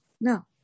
No